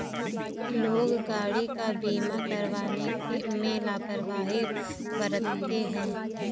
लोग गाड़ी का बीमा करवाने में लापरवाही बरतते हैं